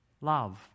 love